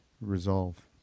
resolve